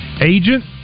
agent